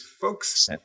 folks